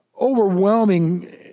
overwhelming